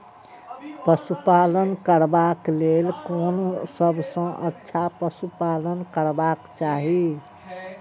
पशु पालन करबाक लेल कोन सबसँ अच्छा पशु पालन करबाक चाही?